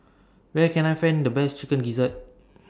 Where Can I Find The Best Chicken Gizzard